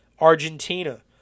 Argentina